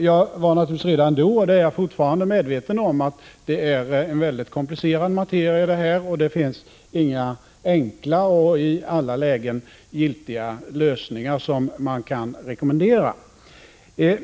Jag var naturligtvis redan då, och är fortfarande, medveten om att det här rör sig om en mycket komplicerad materia och att det inte finns några enkla och i alla lägen giltiga lösningar som kan rekommenderas.